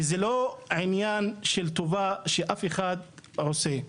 וזה לא עניין של טובה שמישהו עושה.